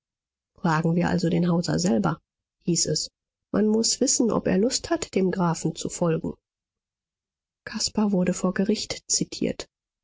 fragen wir also den hauser selber hieß es man muß wissen ob er lust hat dem grafen zu folgen caspar wurde vor gericht zitiert